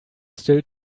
still